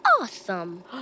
awesome